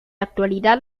actualidad